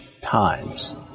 times